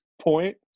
point